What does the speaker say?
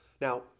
Now